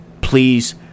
please